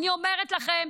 אני אומרת לכם,